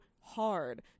hard